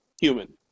human